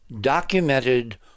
documented